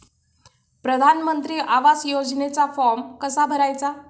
प्रधानमंत्री आवास योजनेचा फॉर्म कसा भरायचा?